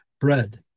bread